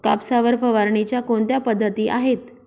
कापसावर फवारणीच्या कोणत्या पद्धती आहेत?